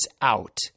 out